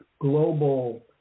global